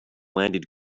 landed